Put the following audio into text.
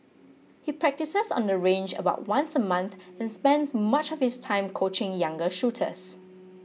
he practises on the range about once a month and spends much of his time coaching younger shooters